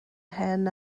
hen